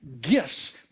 gifts